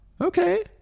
Okay